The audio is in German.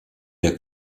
der